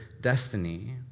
destiny